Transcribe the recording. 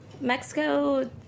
Mexico